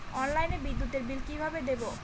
অনলাইনে বিদ্যুতের বিল কিভাবে দেব?